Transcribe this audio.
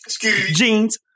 Jeans